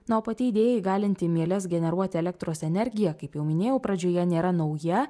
na o pati idėja įgalinti mieles generuoti elektros energiją kaip jau minėjau pradžioje nėra nauja